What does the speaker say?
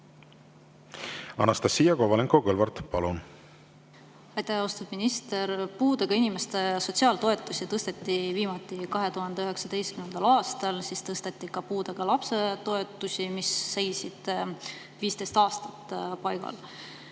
Anastassia Kovalenko-Kõlvart, palun! Aitäh! Austatud minister! Puudega inimeste sotsiaaltoetusi tõsteti viimati 2019. aastal. Siis tõsteti ka puudega lapse toetusi, mis seisid 15 aastat paigal.